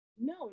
no